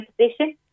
position